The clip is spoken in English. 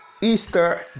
easter